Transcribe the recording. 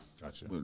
Gotcha